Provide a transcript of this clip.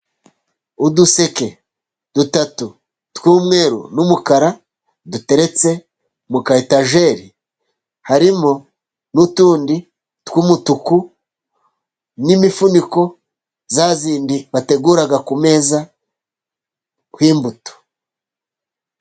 Uduseke dutatu tw'umweru n'umukara, duteretse muka itajeri, harimo n'utundi tw'umutuku, n'imifuniko, yayindi bategura ku meza ku imbuto